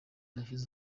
yashyize